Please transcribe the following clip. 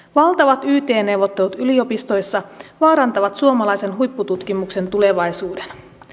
valtavat yt neuvottelut yliopistoissa vaarantavat suomalaisen huippututkimuksen tulevaisuuden